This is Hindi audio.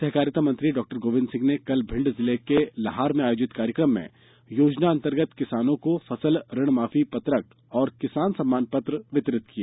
सहकारिता मंत्री डॉक्टर गोविन्द सिंह ने कल भिंड जिले के लहार में आयोजित कार्यक्रम में योजनान्तर्गत किसानों को फसल ऋण माफी पत्रक तथा किसान सम्मान पत्र वितरित किए